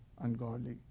ungodly